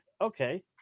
Okay